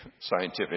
scientific